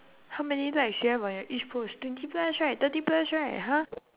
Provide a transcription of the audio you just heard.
how many likes you have on your each post twenty plus right thirty plus right !huh!